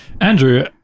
Andrew